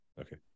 okay